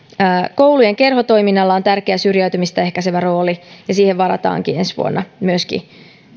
koulujen kerhotoiminnalla on tärkeä syrjäytymistä ehkäisevä rooli ja myöskin siihen varataan ensi vuonna